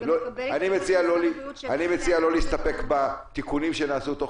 אני מציע לא להסתפק בתיקונים שנעשו תוך